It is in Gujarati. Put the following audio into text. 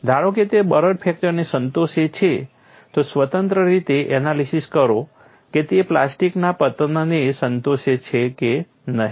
ધારો કે તે બરડ ફ્રેક્ચરને સંતોષે છે તો સ્વતંત્ર રીતે એનાલિસીસ કરો કે તે પ્લાસ્ટિકના પતનને સંતોષે છે કે નહીં